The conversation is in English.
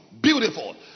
Beautiful